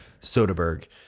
Soderbergh